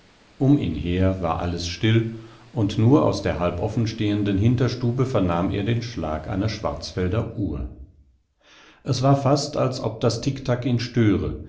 um ihn her war alles still und nur aus der halboffenstehenden hinterstube vernahm er den schlag einer schwarzwälder uhr es war fast als ob das ticktack ihn störe